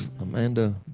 Amanda